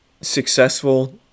successful